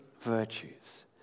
virtues